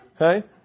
Okay